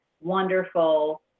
wonderful